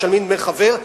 משלמים דמי חבר.